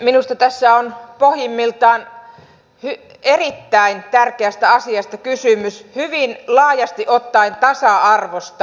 minusta tässä on pohjimmiltaan erittäin tärkeästä asiasta kysymys hyvin laajasti ottaen tasa arvosta